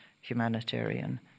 Humanitarian